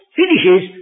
finishes